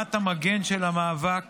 בחומת המגן של המאבק